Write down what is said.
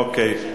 אוקיי.